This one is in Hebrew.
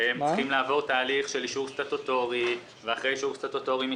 והם צריכים לעבור תהליך של אישור סטטוטורי ואחרי זה מכרז.